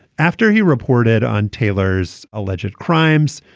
after he reported on taylor's alleged crimes,